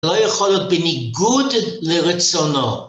לא יכול להיות בניגוד לרצונו.